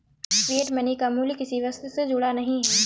fiat money का मूल्य किसी वस्तु से जुड़ा नहीं है